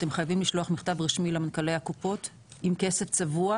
אתם חייבים לשלוח מכתב רשמי למנכ"לי הקופות עם כסף צבוע